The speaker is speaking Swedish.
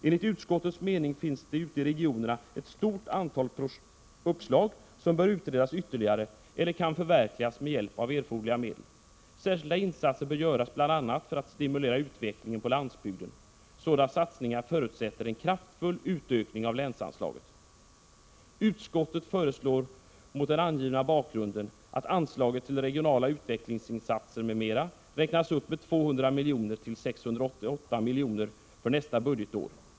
Enligt utskottets mening finns det ute i regionerna ett stort antal uppslag som bör utredas ytterligare eller kan förverkligas med hjälp av erforderliga medel. Särskilda insatser bör göras bl.a. för att stimulera utvecklingen på landsbygden. Sådana satsningar förutsätter en kraftfull utökning av länsanslaget. Utskottet föreslår mot den angivna bakgrunden att anslaget till regionala utvecklingsinsatser m.m. räknas upp med 200 milj.kr. till 688 milj.kr. för nästa budgetår.